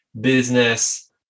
business